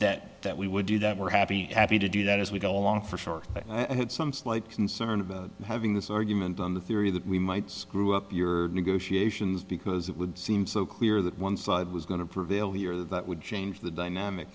that that we would do that we're happy happy to do that as we go along for sure and had some slight concern about having this argument on the theory that we might screw up your negotiations because it would seem so clear that one side was going to prevail here that would change the dynamic